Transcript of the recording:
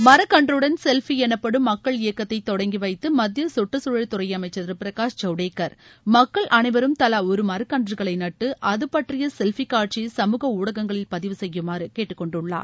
மரக்கன்றுடன் selfie எனப்படும் மக்கள் இயக்கத்தை தொடங்கி வைத்த மத்திய கற்றுச்சூழல் துறை அமைச்சர் திரு பிரகாஷ் ஜவ்டேகர் மக்கள் அனைவரும் தலா ஒரு மரக்கன்றுகளை நட்டு அதுபற்றிய செல்பி காட்சியை சமூக ஊடகங்களில் பதிவு செய்யுமாறு கேட்டுக்கொண்டுள்ளார்